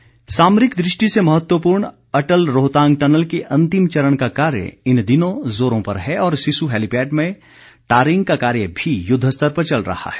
Rohtang tunnel सामरिक दृष्टि से महत्वपूर्ण अटल रोहतांग टनल के अंतिम चरण का कार्य इन दिनों जोरों पर है और सिस्सु हैलीपैड में टारिंग का कार्य भी युद्धस्तर पर चल रहा है